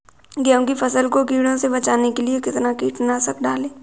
गेहूँ की फसल को कीड़ों से बचाने के लिए कितना कीटनाशक डालें?